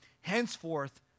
henceforth